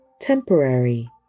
Temporary